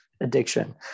addiction